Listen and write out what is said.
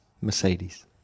Mercedes